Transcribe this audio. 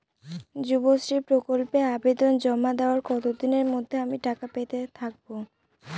যুবশ্রী প্রকল্পে আবেদন জমা দেওয়ার কতদিনের মধ্যে আমি টাকা পেতে থাকব?